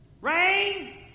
Rain